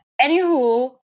anywho